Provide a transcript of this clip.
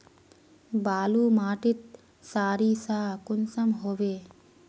बालू माटित सारीसा कुंसम होबे?